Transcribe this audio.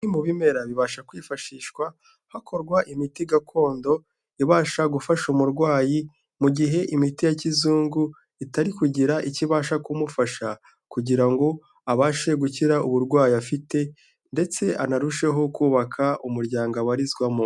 Mu bimera bibasha kwifashishwa hakorwa imiti gakondo ibasha gufasha umurwayi mu gihe imiti ya kizungu itari kugira icyo ibasha kumufasha, kugira ngo abashe gukira uburwayi afite, ndetse anarusheho kubaka umuryango abarizwamo.